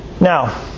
Now